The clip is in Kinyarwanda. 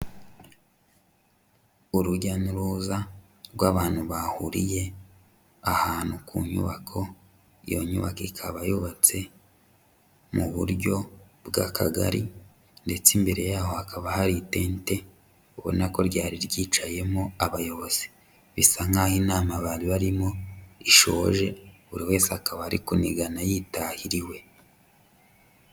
Urujya n'uruza rw'abantu bahuriye ahantu ku nyubako, iyo nyubako ikaba yubatse mu buryo bw'akagari ndetse imbere y'aho hakaba hari itente ubona ko ryari ryicayemo abayobozi, bisa nk'aho inama bari barimo ishoje buri wese akaba ariko nigana yitahira iwe.